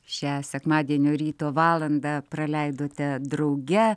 šią sekmadienio ryto valandą praleidote drauge